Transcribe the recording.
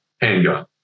handgun